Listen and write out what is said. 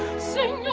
sitting